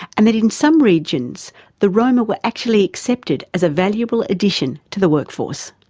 and that in some regions the roma were actually accepted as a valuable addition to the work force.